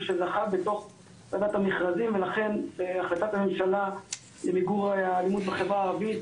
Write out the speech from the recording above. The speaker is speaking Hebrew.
שזכה בתוך ועדת המכרזים ולכן החלטת הממשלה למיגור האלימות בחברה הערבית